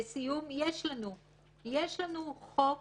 יש לנו חוק